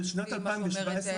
לפי מה שאומרת היועצת המשפטית?